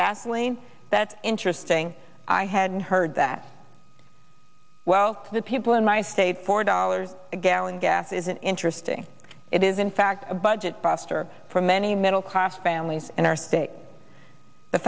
gasoline that's interesting i hadn't heard that well the people in my state four dollars a gallon gas is an interesting it is in fact a budget buster for many middle class families in our state the